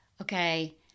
Okay